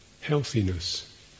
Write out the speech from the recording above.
healthiness